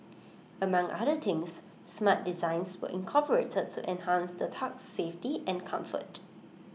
among other things smart designs were incorporated to enhance the tug's safety and comfort